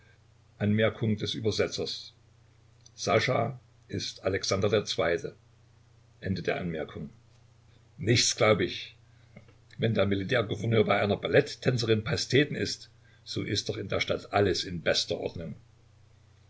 übers nichts glaube ich wenn der militärgouverneur bei einer balletttänzerin pasteten ißt so ist doch in der stadt alles in bester ordnung